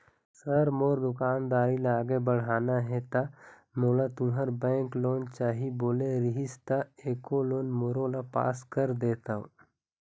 Sir मोर दुकानदारी ला आगे बढ़ाना हे ता मोला तुंहर बैंक लोन चाही बोले रीहिस ता एको लोन मोरोला पास कर देतव?